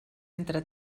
entre